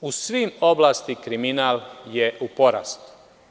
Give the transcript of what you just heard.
U svim oblastima kriminal je u porastu.